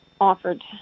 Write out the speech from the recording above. offered